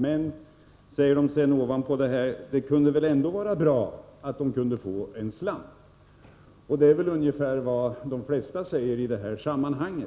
Men sedan säger de: Det skulle vara bra om trädgårdsnäringen ovanpå det kunde få en slant. Det är ungefär vad de flesta säger i detta sammanhang.